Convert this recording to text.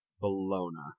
Bologna